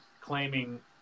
claiming